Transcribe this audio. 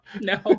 no